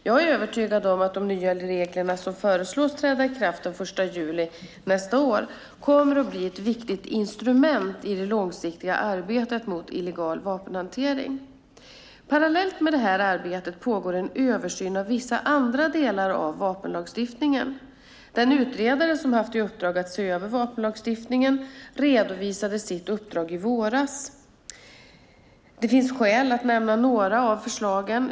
Jag är övertygad om att de nya reglerna, som föreslås träda i kraft den 1 juli 2011, kommer att bli ett viktigt instrument i det långsiktiga arbetet mot illegal vapenhantering. Parallellt med detta arbete pågår en översyn av vissa andra delar av vapenlagstiftningen. Den utredare som har haft i uppdrag att se över vapenlagstiftningen redovisade sitt uppdrag i våras. Det finns skäl att nämna några av förslagen.